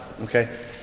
Okay